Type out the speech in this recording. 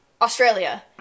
Australia